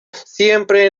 siempre